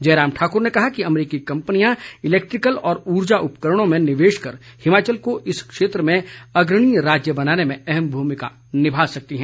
जयराम ठाकुर ने कहा कि अमेरिकी कंपनियां इलैक्ट्रिकल और ऊर्जा उपकरणों में निवेश कर हिमाचल को इस क्षेत्र में अग्रणीय राज्य बनाने में अहम भूमिका निभा सकती है